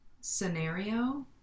scenario